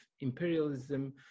imperialism